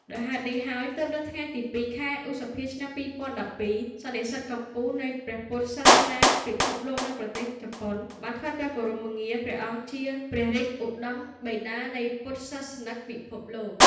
ដោយហេតុនេះហើយ ទើបនៅថ្ងៃទី០២ ខែឧសភា ឆ្នាំ២០១២ សន្និសីទកំពូលនៃព្រះពុទ្ធសាសនាពិភពលោកនៅប្រទេសជប៉ុន បានថ្វាយព្រះគោរមងារព្រះអង្គជា «ព្រះរាជឧត្ដមបិតានៃពុទ្ធសាសនិកពិភពលោក»។